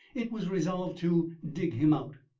it was resolved to dig him out,